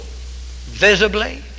visibly